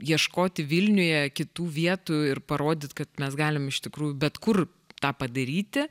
ieškoti vilniuje kitų vietų ir parodyt kad mes galim iš tikrųjų bet kur tą padaryti